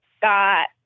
got